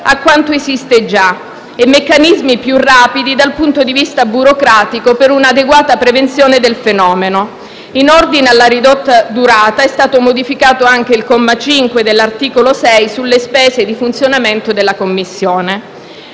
a quanto esiste già e meccanismi più rapidi dal punto di vista burocratico per un'adeguata prevenzione del fenomeno. In ordine alla ridotta durata è stato modificato anche il comma 5 dell'articolo 6 sulle spese di funzionamento della Commissione.